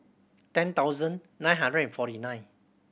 ten thousand nine hundred and forty nine